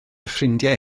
ffrindiau